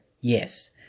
Yes